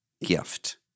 gift